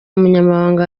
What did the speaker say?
umunyamabanga